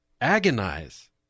agonize